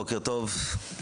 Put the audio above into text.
בוקר טוב לכולם,